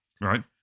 Right